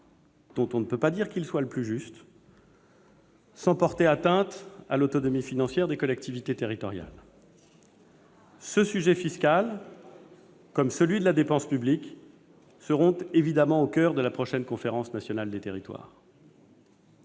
qui n'est pas le plus juste, sans porter atteinte à l'autonomie financière des collectivités territoriales. Ce sujet fiscal comme celui de la dépense publique seront évidemment au coeur de la prochaine Conférence nationale des territoires.